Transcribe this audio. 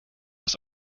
das